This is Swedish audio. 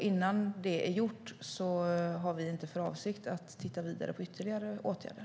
Innan det är gjort har vi inte för avsikt att titta på ytterligare åtgärder.